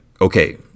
okay